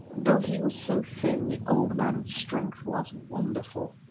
though he was so thin the old man's strength was wonderful.